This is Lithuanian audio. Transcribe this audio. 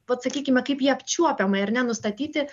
vat sakykime kaip jį apčiuopiamai ar ne nustatyti